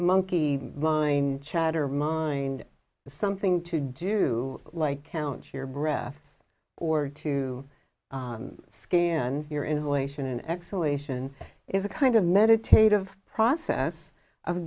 monkey mind chatter mind something to do like count your breath or to scan your inhalation an excellent is a kind of meditative process of